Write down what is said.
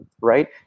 Right